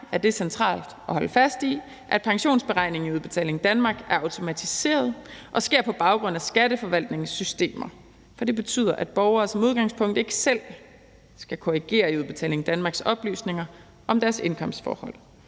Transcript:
er det centralt at holde fast i, at pensionsberegningen i Udbetaling Danmark er automatiseret og sker på baggrund af Skatteforvaltningens systemer, for det betyder, at borgere som udgangspunkt ikke selv skal korrigere i Udbetaling Danmarks oplysninger om deres indkomstforhold.